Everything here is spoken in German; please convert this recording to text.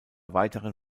weiteren